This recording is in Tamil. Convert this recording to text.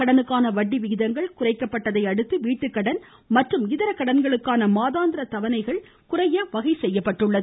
கடனுக்கான வட்டி விகிதம் குறைக்கப்பட்டதை அடுத்து வீட்டுக்கடன் மற்றும் இதர கடன்களுக்கான மாதாந்திர தவணைகள் குறைய வகை செய்யப்பட்டுள்ளது